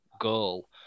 goal